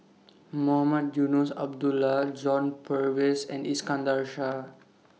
Mohamed Eunos Abdullah John Purvis and Iskandar Shah